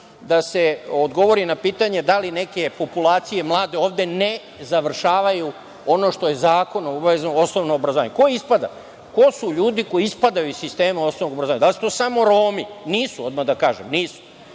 da se odgovori na pitanje da li neke mlade populacije ovde ne završavaju ono što je zakonom obavezno – osnovno obrazovanje. Ko su ljudi koji ispadaju iz sistema osnovnog obrazovanja? Da li su to samo Romi? Nisu, odmah da kažem. Zatim,